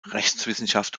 rechtswissenschaft